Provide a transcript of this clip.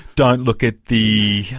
don't look at the.